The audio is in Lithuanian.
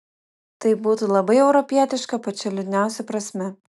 tai būtų labai europietiška pačia liūdniausia prasme